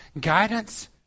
guidance